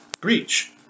Breach